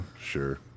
Sure